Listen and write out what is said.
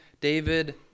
David